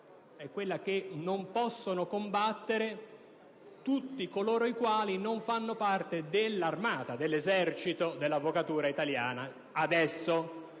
è quella che non possono combattere tutti coloro i quali non fanno parte dell'armata, dell'esercito dell'avvocatura italiana adesso.